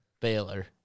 Baylor